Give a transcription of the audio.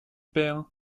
père